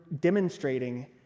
demonstrating